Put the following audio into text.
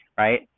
right